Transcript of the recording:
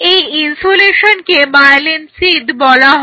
এই ইন্সুলেশনকে myelin sheath বলা হয়